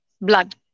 blood